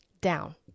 down